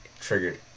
Triggered